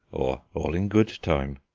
or all in good time.